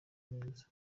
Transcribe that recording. neza